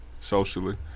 socially